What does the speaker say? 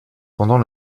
pendant